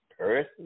earth